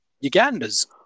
Uganda's